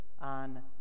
on